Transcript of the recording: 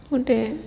ଗୋଟେ